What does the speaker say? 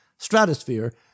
Stratosphere